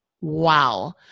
Wow